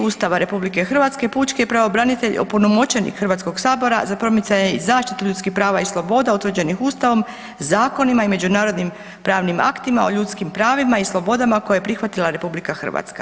Ustava RH pučki je pravobranitelj opunomoćenik Hrvatskog sabora za promicanje i zaštitu ljudskih prava i sloboda utvrđenih Ustavom, zakonima i međunarodnim pravnim aktima o ljudskim pravima i slobodama koje je prihvatila RH.